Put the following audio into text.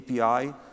API